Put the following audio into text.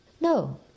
no